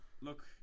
look